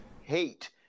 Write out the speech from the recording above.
hate